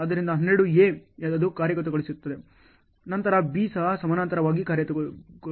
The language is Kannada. ಆದ್ದರಿಂದ 12 A ಅದು ಕಾರ್ಯಗತಗೊಳಿಸುತ್ತದೆ ನಂತರ B ಸಹ ಸಮಾನಾಂತರವಾಗಿ ಕಾರ್ಯಗತಗೊಳ್ಳುತ್ತದೆ